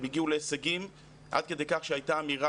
הן הגיעו להישגים עד כדי כך שהייתה אמירה